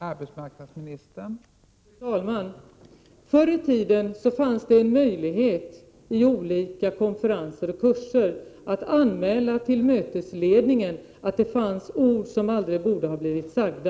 Fru talman! Förr i tiden fanns det en möjlighet på konferenser och kurser att anmäla till mötesledningen att vissa ord aldrig borde ha blivit sagda.